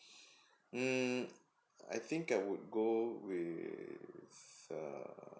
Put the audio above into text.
mm I think I would go with uh